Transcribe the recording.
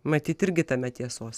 matyt irgi tame tiesos